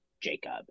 Jacob